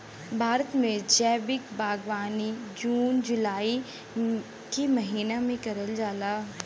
भारत में जैविक बागवानी जून जुलाई के महिना में करल जाला